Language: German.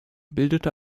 bildet